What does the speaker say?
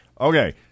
Okay